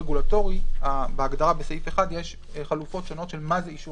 רגולטורי בהגדרה בסעיף 1 יש חלופות שונות של מה זה אישור